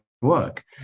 work